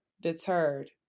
deterred